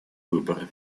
выборы